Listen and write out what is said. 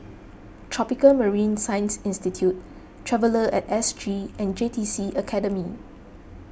Tropical Marine Science Institute Traveller at S G and J T C Academy